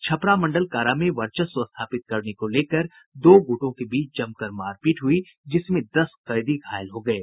छपरा मंडल कारा में वर्चस्व स्थापित करने को लेकर दो गुटों के बीच जमकर मारपीट हुई जिसमें दस कैदी घायल हो गये